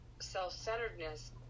self-centeredness